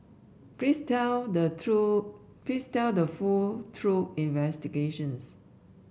please tell the true please tell the full truth investigations